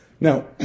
Now